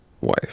wife